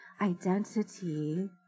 identity